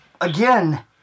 again